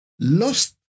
lost